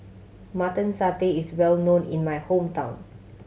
Mutton Satay is well known in my hometown